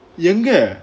எங்க:enga